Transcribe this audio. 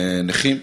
לנכים,